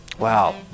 Wow